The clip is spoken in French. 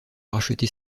racheter